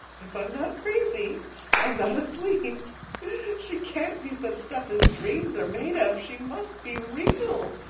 if i'm not crazy and not asleep she can't be such stuff as dreams are made of. she must be real.